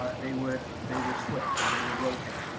they would they would switch or they would rotate,